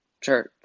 church